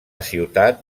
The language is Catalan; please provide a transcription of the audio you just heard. ciutat